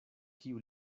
kiu